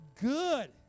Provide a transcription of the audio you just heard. Good